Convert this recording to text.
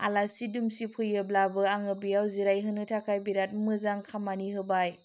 आलासि दुमसिफैयोब्लाबो आङो बेयाव जिराहोनो थाखाय बेराद मोजां खामानि होबाय